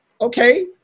Okay